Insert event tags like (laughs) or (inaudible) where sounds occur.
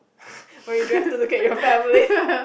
(laughs) will you drive to look at your family